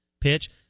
pitch